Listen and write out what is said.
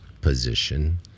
position